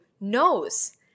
knows